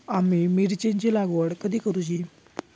आम्ही मिरचेंची लागवड कधी करूची?